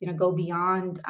you know go beyond,